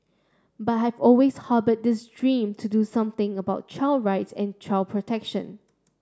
but have always harbour this dream to do something about child rights and child protection